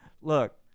Look